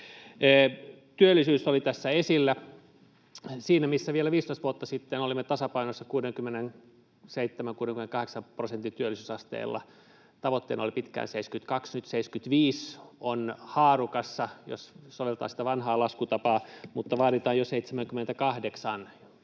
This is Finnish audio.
Työllisyys oli tässä esillä: Siinä missä vielä 15 vuotta sitten olimme tasapainossa 67—68 prosentin työllisyysasteella ja tavoitteena oli pitkään 72, niin nyt 75 on haarukassa, jos soveltaa sitä vanhaa laskutapaa, mutta vaaditaan jo 78, jotta